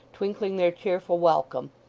twinkling their cheerful welcome,